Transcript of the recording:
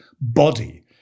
body